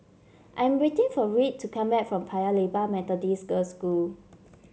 I am waiting for Reed to come back from Paya Lebar Methodist Girls' School